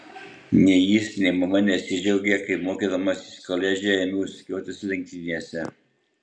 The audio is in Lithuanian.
nei jis nei mama nesidžiaugė kai mokydamasis koledže ėmiau sukiotis lenktynėse